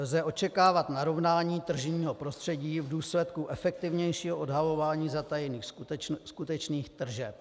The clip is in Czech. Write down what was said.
Lze očekávat narovnání tržního prostředí v důsledku efektivnějšího odhalování zatajených skutečných tržeb.